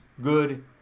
good